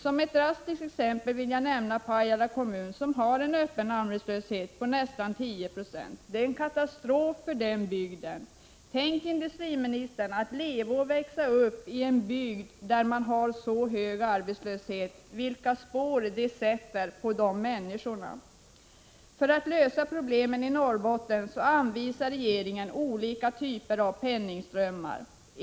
Som ett drastiskt exempel vill jag nämna Pajala kommun, som har en öppen arbetslöshet på nästan 10 96. Det är en katastrof för den bygden. Tänk, industriministern, vilka spår det sätter på människorna att leva och växa upp i en bygd där man har så hög arbetslöshet! För att lösa problemen i Norrbotten går olika typer av penningströmmar till länet.